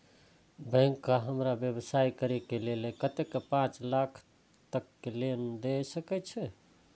Bank का हमरा व्यवसाय करें के लेल कतेक पाँच लाख तक के लोन दाय सके छे?